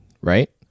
Right